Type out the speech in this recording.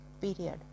period